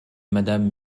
madame